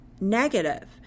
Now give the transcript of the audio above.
negative